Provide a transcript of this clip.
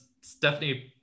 Stephanie